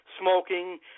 smoking